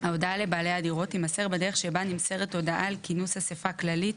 ההודעה לבעלי הדירות תימסר בדרך שבה נמסרת הודעה על כינוס אסיפה כללית